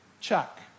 Chuck